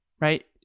right